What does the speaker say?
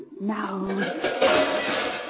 now